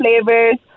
flavors